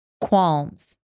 qualms